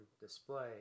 display